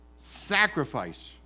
sacrifice